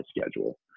schedule